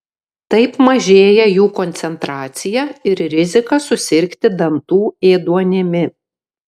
taip mažėja jų koncentracija ir rizika susirgti dantų ėduonimi